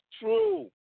true